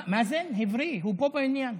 מאזן הבריא, הוא פה בבניין.